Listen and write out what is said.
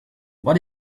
what